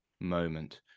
moment